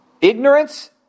ignorance